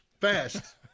fast